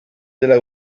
della